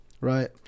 right